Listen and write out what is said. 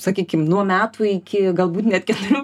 sakykim nuo metų iki galbūt net keturių